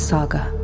Saga